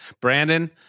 Brandon